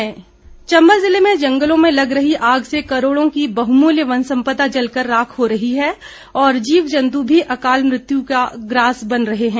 आग चम्बा जिले में जंगलों में लग रही आग से करोड़ों की बहुमूल्य वन सम्पदा जलकर राख हो रही है और जीव जन्तु भी अकाल मृत्यु का ग्रास बन रहे हैं